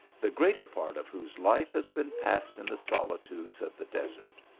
the greater part of whose life has been passed in the solitudes of the desert.